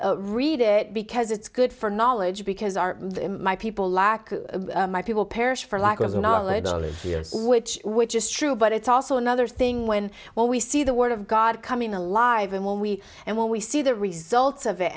read it because it's good for knowledge because my people lack my people perish for lack of knowledge only yes which which is true but it's also another thing when when we see the word of god coming alive and when we and when we see the results of it